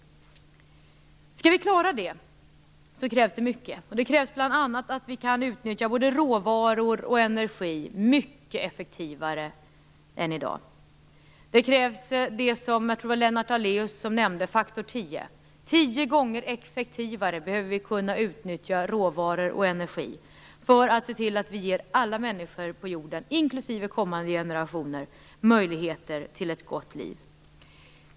Skall vi klara det krävs det mycket. Det krävs bl.a. att vi kan utnyttja både råvaror och energi mycket effektivare än i dag. Det krävs det som jag tror Lennart Daléus nämnde, nämligen den s.k. faktor 10. Tio gånger effektivare behöver vi kunna utnyttja råvaror och energi för att ge alla människor på jorden, inklusive kommande generationer, möjligheter till ett gott liv.